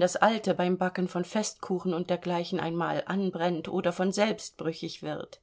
das alte beim backen von festkuchen und dergleichen einmal anbrennt oder von selbst brüchig wird